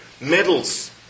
Medals